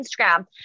Instagram